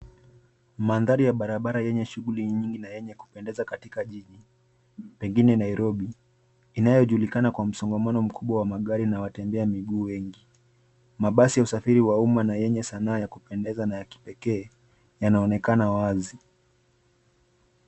Mandhari ya barabara yenye shughuli nyingi na yenye kupendeza katika jiji pengine Nairobi. Inayojulikana kwa msongamano mkubwa wa magari na watembea miguu wengi. Mabasi ya usafiri wa umma na yenye sanaa ya kupendeza na ya kipekee yanaonekana wazi.